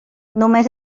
només